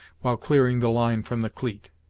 while clearing the line from the cleet.